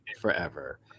forever